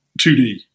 2D